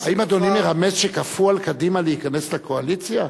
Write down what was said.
האם אדוני מרמז שכפו על קדימה להיכנס לקואליציה?